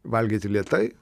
valgyti lėtai